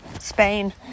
spain